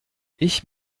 ich